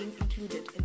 included